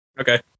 Okay